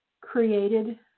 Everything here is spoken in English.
created